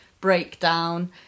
breakdown